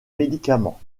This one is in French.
médicament